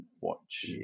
watch